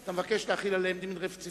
אתה מבקש להחיל עליהם דין רציפות.